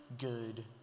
good